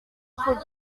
could